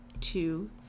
two